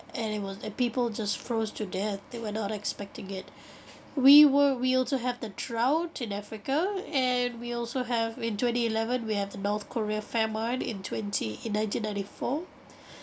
animals and people just froze to death they were not expecting it we were we also have the drought in africa and we also have in twenty eleven we have the north korea famine in twenty in nineteen ninety four